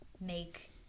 make